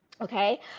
okay